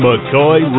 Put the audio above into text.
McCoy